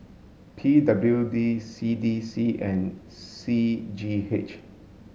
P W D C D C and C G H